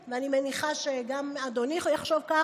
ואני מניחה שגם אדוני יחשוב כך,